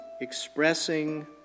expressing